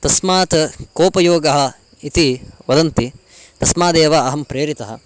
तस्मात् कोपयोगः इति वदन्ति तस्मादेव अहं प्रेरितः